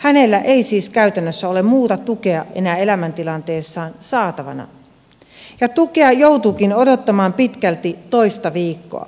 hänellä ei siis käytännössä ole muuta tukea enää elämäntilanteessaan saatavana ja tukea joutuukin odottamaan pitkälti toista viikkoa